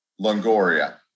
Longoria